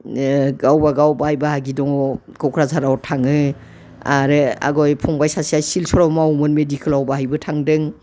गावबा गाव बाय बाहागि दङ क'क्राझाराव थाङो आरो आवगाय फंबाय सासेया सिलचराव मावोमोन मिडिकेलाव बाहायबो थांदों